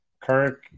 Kirk